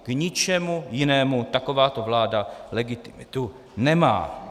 K ničemu jinému takováto vláda legitimitu nemá.